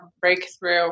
breakthrough